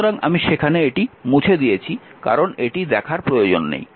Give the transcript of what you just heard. সুতরাং আমি সেখানে এটি মুছে দিয়েছি কারণ এটি দেখার প্রয়োজন নেই